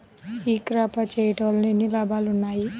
ఈ క్రాప చేయుట వల్ల ఎన్ని లాభాలు ఉన్నాయి?